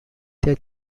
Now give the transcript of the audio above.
their